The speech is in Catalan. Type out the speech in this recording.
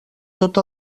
tot